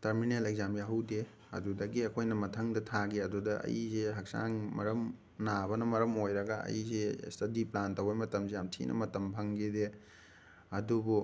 terminal exam ꯌꯥꯎꯍꯧꯗꯦ ꯑꯗꯨꯗꯒꯤ ꯑꯩꯈꯣꯏꯅ ꯃꯊꯪꯗ ꯊꯥꯒꯤ ꯑꯗꯨꯗ ꯑꯩꯁꯦ ꯍꯛꯆꯥꯡ ꯃꯔꯝ ꯅꯥꯕꯅ ꯃꯔꯝ ꯑꯣꯏꯔꯒ ꯑꯩꯁꯦ ꯏꯁꯇꯗꯤ ꯄ꯭ꯂꯥꯟ ꯇꯧꯕꯩ ꯃꯇꯝꯁꯦ ꯌꯥꯝ ꯊꯤꯅ ꯃꯇꯝ ꯐꯪꯒꯤꯗꯦ ꯑꯗꯨꯕꯨ